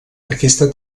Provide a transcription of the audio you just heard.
aquesta